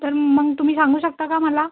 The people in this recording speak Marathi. तर मग तुम्ही सांगू शकता का मला